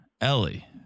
Ellie